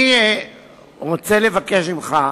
אני רוצה לבקש ממך,